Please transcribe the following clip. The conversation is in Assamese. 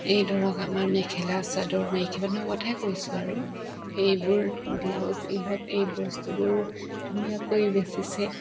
এই ধৰক আমাৰ মেখেলা চাদৰ মাইকী মানুহৰ কথাই কৈছোঁ আৰু এইবোৰ ব্লাউজ ইহঁত এই বস্তুবোৰ ধুনীয়াকৈ বেছিছে